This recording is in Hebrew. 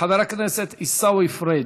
חבר הכנסת עיסאווי פריג'.